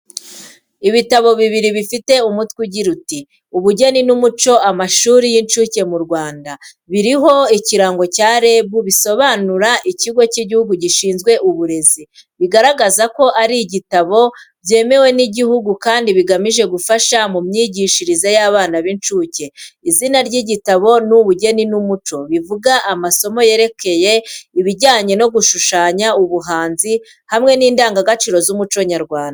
Ibitabo bibiri bifite umutwe ugira uti:"Ubugeni n’umuco amashuri y’inshuke mu Rwanda." Biriho ikirango cya REB bisobanura Ikigo cy'Igihugu gishinzwe Uburezi, bigaragaza ko ari ibitabo byemewe n’igihugu kandi bigamije gufasha mu myigishirize y’abana b’inshuke. Izina ry’igitabo ni Ubugeni n’Umuco, bivuga amasomo yerekeye ibijyanye no gushushanya, ubuhanzi, hamwe n’indangagaciro z’umuco nyarwanda.